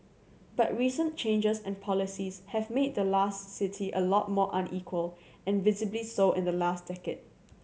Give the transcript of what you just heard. but recent changes and policies have made the last city a lot more unequal and visibly so in the last decade